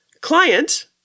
client